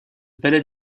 palais